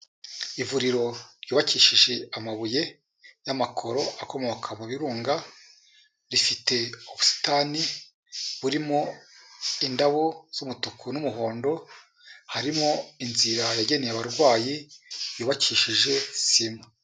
Ivuriro ryubakishije amabuye y'amakoro akomoka mu birunga, rifite ubusitani burimo indabo z'umutuku n'umuhondo, harimo inzira yagenewe abarwayi yubakishije sima.